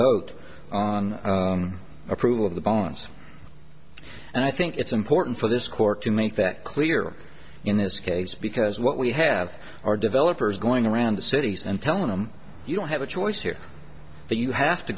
vote on approval of the bones and i think it's important for this court to make that clear in this case because what we have are developers going around the cities and telling them you don't have a choice here that you have to